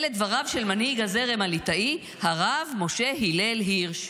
אלה דבריו של מנהיג הזרם הליטאי הרב משה הלל הירש.